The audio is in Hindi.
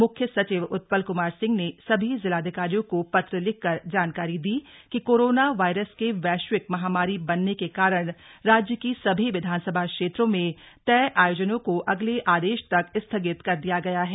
मुख्य सचिव उत्पल कुमार सिंह ने सभी जिलाधिकारियों को पत्र लिखकर जानकारी दी कि कोरोना वायरस के वैश्विक महामारी बनने के कारण राज्य की सभी विधानसभा क्षेत्रों में तय आयोजनों को अगले आदेश तक स्थगित कर दिया गया है